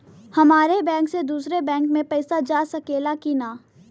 हमारे बैंक से दूसरा बैंक में पैसा जा सकेला की ना?